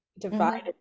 divided